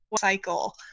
cycle